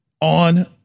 on